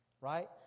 Right